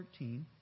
13